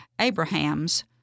Abrahams